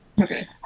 Okay